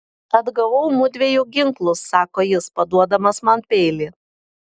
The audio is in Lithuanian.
atgavau mudviejų ginklus sako jis paduodamas man peilį